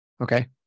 Okay